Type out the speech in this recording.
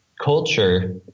culture